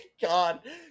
god